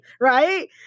right